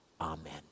Amen